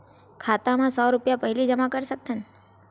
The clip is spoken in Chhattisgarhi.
खाता मा सौ रुपिया पहिली जमा कर सकथन?